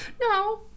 No